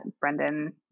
Brendan